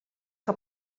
que